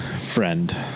Friend